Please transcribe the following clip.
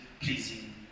pleasing